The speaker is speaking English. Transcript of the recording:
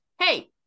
Hey